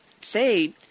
say